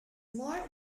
more